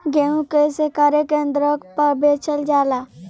गेहू कैसे क्रय केन्द्र पर बेचल जाला?